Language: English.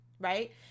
Right